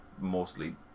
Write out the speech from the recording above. mostly